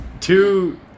Two